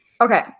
Okay